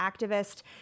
activist